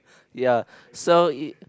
ya so it